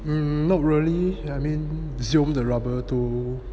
mm not really I mean seal the rubber too